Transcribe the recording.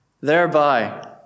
thereby